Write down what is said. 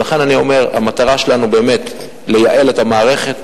ולכן אני אומר: המטרה שלנו היא באמת לייעל את המערכת.